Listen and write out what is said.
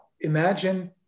imagine